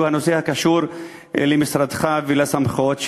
שהוא הנושא הקשור למשרדך ולסמכויות שלך.